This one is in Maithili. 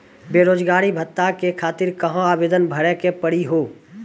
बेरोजगारी भत्ता के खातिर कहां आवेदन भरे के पड़ी हो?